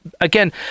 Again